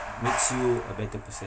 makes you a better person